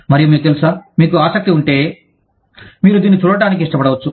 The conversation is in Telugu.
మరియు మీకు తెలుసా మీకు ఆసక్తి ఉంటే మీరు దీన్ని చూడటానికి ఇష్టపడవచ్చు